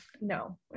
No